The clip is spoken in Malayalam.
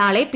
നാളെ പി